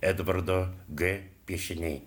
edvardo g piešiniai